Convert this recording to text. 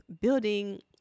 building